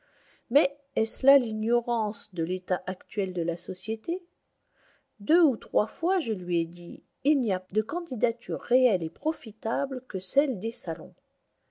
mais est-ce là ignorance de l'état actuel de la société deux ou trois fois je lui ai dit il n'y a de candidature réelle et profitable que celle des salons